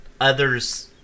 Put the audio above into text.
others